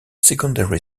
secondary